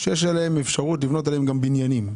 שיש אפשרות לבנות עליהן גם בניינים.